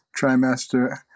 trimester